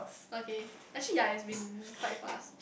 okay actually ya it has been quite fast